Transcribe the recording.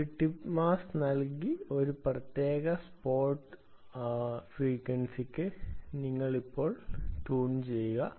ഒരു tip mass നൽകി ഒരു പ്രത്യേക സ്പോട്ട് ഫ്രീക്വൻസിക്ക് നിങ്ങൾ ഇപ്പോൾ ട്യൂൺ ചെയ്യുക